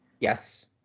Yes